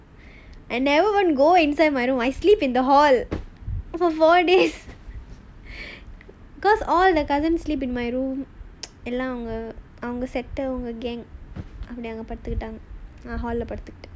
I never even go inside my room I sleep in the hall for four days because all the cousins sleep in my room எல்லாம் அப்டியே அவங்க படுத்துட்டாங்க:ellaam apdiyae avanga paduthutaanga